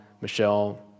Michelle